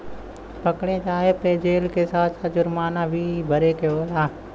पकड़े जाये पे जेल के साथ साथ जुरमाना भी भरे के होला